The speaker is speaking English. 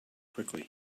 quickly